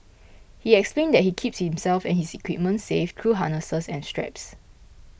he explains that he keeps himself and his equipment safe through harnesses and straps